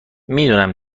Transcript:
میدونم